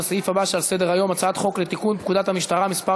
לסעיף הבא שעל סדר-היום: הצעת חוק לתיקון פקודת המשטרה (מס'